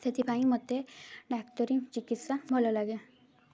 ସେଥିପାଇଁ ମୋତେ ଡାକ୍ତରୀ ଚିକିତ୍ସା ଭଲ ଲାଗେ